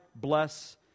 bless